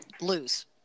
lose